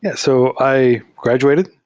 yeah so i graduated,